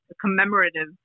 commemorative